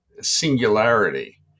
singularity